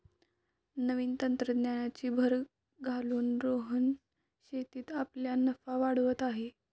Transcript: नवीन तंत्रज्ञानाची भर घालून रोहन शेतीत आपला नफा वाढवत आहे